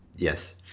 Yes